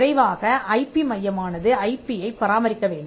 நிறைவாக I P மையமானது ஐபியைப் பராமரிக்க வேண்டும்